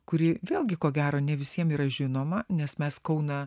kuri vėlgi ko gero ne visiem yra žinoma nes mes kauną